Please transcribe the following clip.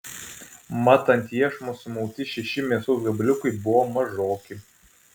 mat ant iešmo sumauti šeši mėsos gabaliukai buvo mažoki